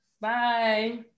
Bye